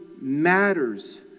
matters